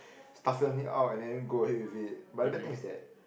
toughen it out and then go ahead with it but the bad thing is that